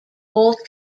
old